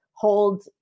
hold